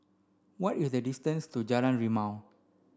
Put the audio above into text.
what is the distance to Jalan Rimau